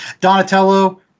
Donatello